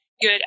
good